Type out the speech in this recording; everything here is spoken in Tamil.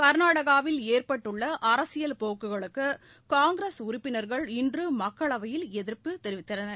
க்நாடகாவில் ஏற்பட்டுள்ளஅரசியல் போக்குகளுக்குகாங்கிரஸ் உறுப்பினர்கள் இன்றுமக்களவையில் எதிப்பு தெரிவித்தனர்